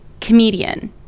Comedian